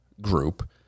group